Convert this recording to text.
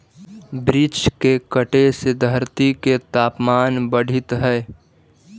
वृक्ष के कटे से धरती के तपमान बढ़ित हइ